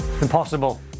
impossible